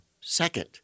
second